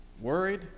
worried